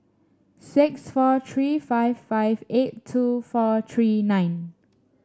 six four three five five eight two four three nine